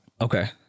Okay